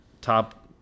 top